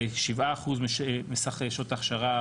זה 7% מסך שעות ההכשרה.